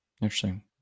Interesting